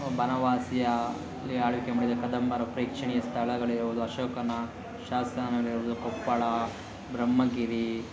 ಬನವಾಸಿಯ ಎ ಆಳ್ವಿಕೆ ಮಾಡಿದ ಕದಂಬರ ಪ್ರೇಕ್ಷಣೀಯ ಸ್ಥಳಗಳಿರ್ಬೋದು ಅಶೋಕನ ಶಾಸನಗಳಿರ್ಬೋದು ಕೊಪ್ಪಳ ಬ್ರಹ್ಮಗಿರಿ